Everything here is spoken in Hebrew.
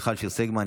מיכל שיר סגמן,